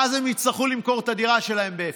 ואז הם יצטרכו למכור את הדירה שלהם בהפסד.